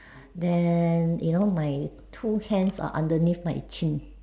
then you know my two hands are underneath my chin